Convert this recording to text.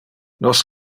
nos